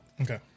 Okay